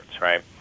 right